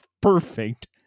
perfect